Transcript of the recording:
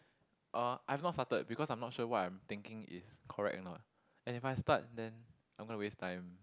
uh I've not started because I'm not sure what I'm thinking is correct or not and if I start then I'm gonna waste time